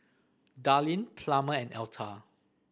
Darline Plummer and Alta